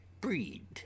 breed